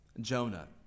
Jonah